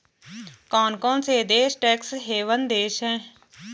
कौन कौन से देश टैक्स हेवन देश हैं?